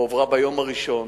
היא הועברה ביום הראשון